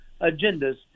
agendas